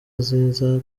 nziza